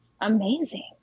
amazing